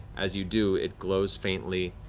as you do, it glows faintly,